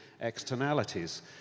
externalities